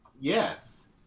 Yes